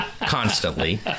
constantly